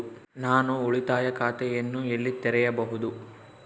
ನಾನು ಉಳಿತಾಯ ಖಾತೆಯನ್ನು ಎಲ್ಲಿ ತೆರೆಯಬಹುದು?